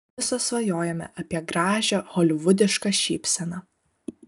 visos svajojame apie gražią holivudišką šypseną